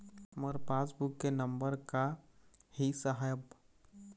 मोर passbook के number का ही साहब?